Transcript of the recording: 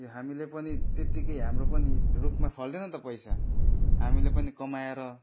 यो हामीले पनि त्यतिकै हाम्रो पनि रुखमा फल्दैन त पैसा हामीले पनि कमाएर